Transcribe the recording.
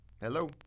Hello